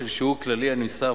אם לא, מדוע?